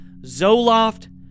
Zoloft